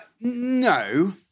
No